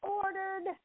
ordered